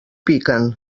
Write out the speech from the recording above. piquen